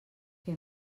què